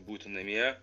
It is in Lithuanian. būti namie